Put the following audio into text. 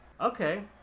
Okay